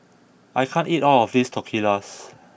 I can't eat all of this Tortillas